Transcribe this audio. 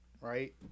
right